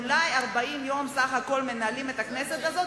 אולי 40 יום בסך הכול אנחנו מנהלים את הכנסת הזאת,